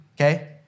okay